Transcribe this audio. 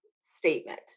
statement